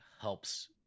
helps